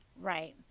Right